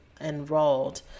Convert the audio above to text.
enrolled